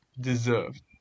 Deserved